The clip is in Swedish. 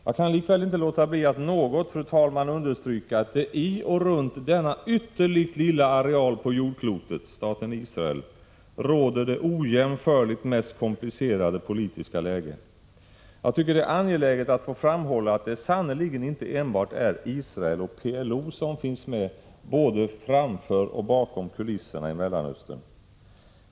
Jag kan likväl inte låta bli att något, fru talman, understryka att på och runt denna ytterligt lilla areal på jordklotet, staten Israel, råder det ojämförligt mest komplicerade politiska läget. Jag tycker det är angeläget att få framhålla att det sannerligen inte enbart är Israel och PLO som finns med både framför och bakom kulisserna i Mellanöstern.